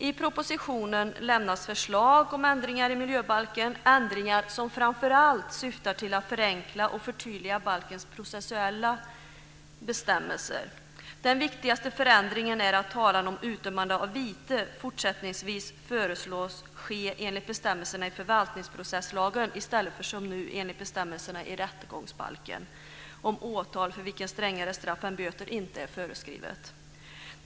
I propositionen lämnas förslag om ändringar i miljöbalken, ändringar som framför allt syftar till att förenkla och förtydliga balkens processuella bestämmelser. Den viktigaste förändringen är att talan om utdömande av vite fortsättningsvis föreslås ske enligt bestämmelserna i förvaltningsprocesslagen i stället för som nu enligt bestämmelserna i rättegångsbalken om åtal för vilket strängare straff än böter inte är föreskrivet.